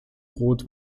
rot